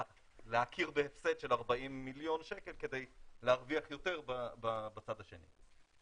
להכיר בהפסד של 40 מיליון שקל כדי להרוויח יותר בצד השני.